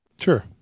Sure